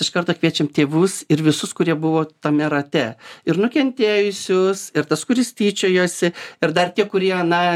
iš karto kviečiam tėvus ir visus kurie buvo tame rate ir nukentėjusius ir tas kuris tyčiojosi ir dar tie kurie na